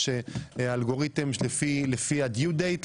יש אלגוריתם לפי ה due date,